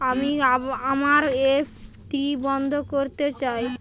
আমি আমার এফ.ডি বন্ধ করতে চাই